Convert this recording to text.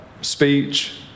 speech